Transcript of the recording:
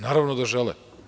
Naravno da žele.